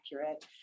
accurate